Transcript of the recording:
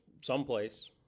someplace